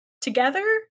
together